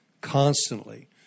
constantly